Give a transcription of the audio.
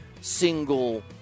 single